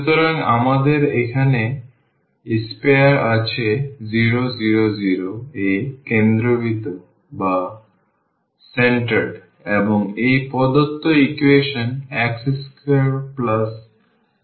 সুতরাং আমাদের একটি sphere আছে যা 0 0 0 এ কেন্দ্রীভূত এবং এই প্রদত্ত ইকুয়েশন x2y2z2a2